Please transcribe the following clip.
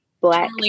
black